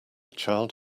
child